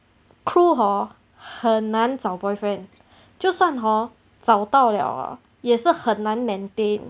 crew hor 很难找 boyfriend 就算 hor 找到 liao ah 也是很难 maintain